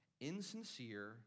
insincere